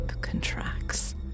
contracts